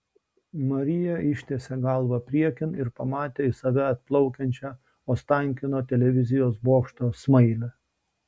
marija ištiesė galvą priekin ir pamatė į save atplaukiančią ostankino televizijos bokšto smailę